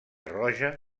roja